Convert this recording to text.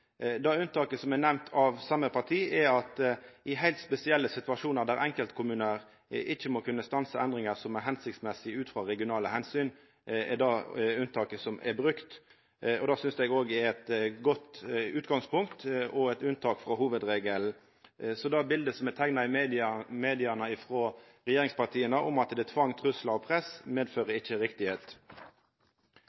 det unntaket som er nemnt, og det synest eg òg er eit godt utgangspunkt og unntak frå hovudregelen. Så det biletet som er teikna er i media, om tvang, truslar og press frå regjeringspartia er ikkje riktig. Det er